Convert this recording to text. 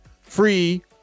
free